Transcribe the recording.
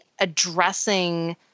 addressing